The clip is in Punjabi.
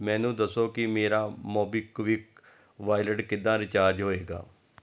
ਮੈਨੂੰ ਦੱਸੋ ਕਿ ਮੇਰਾ ਮੋਬੀਕਵਿਕ ਵਾਲਿਟ ਕਿੱਦਾਂ ਰਿਚਾਰਜ ਹੋਏਗਾ